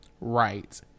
Right